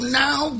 now